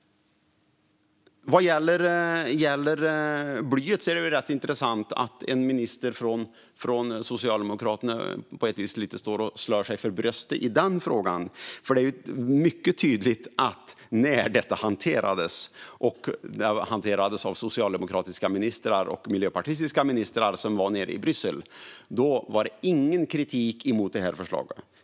Vad gäller blyet är det rätt intressant att en ledamot från Socialdemokraterna lite slår sig för bröstet i den frågan. Det är ju mycket tydligt att det, när detta hanterades av socialdemokratiska och miljöpartistiska ministrar nere i Bryssel, inte framfördes någon kritik mot detta förslag.